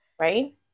right